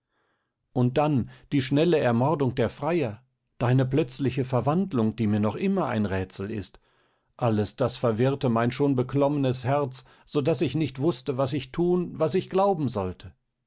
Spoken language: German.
und dann die schnelle ermordung der freier deine plötzliche verwandlung die mir noch immer ein rätsel ist alles das verwirrte mein schon beklommenes herz so daß ich nicht wußte was ich thun was ich glauben sollte